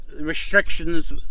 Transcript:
restrictions